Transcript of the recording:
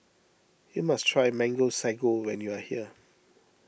you must try Mango Sago when you are here